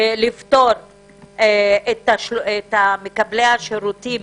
לפטור את מקבלי השירותים